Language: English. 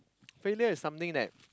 failure is something that